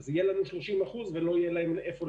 ואז יהיו לנו 30% אבל לא יהיה להם איפה להיקלט.